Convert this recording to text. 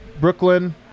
Brooklyn